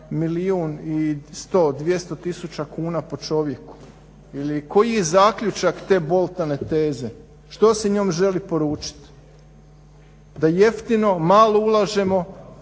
milijun i 100, 200 tisuća kuna po čovjeku. Ili koji je zaključak te boldane teze? Što se njome želi poručiti? Da jeftino, malo ulažemo,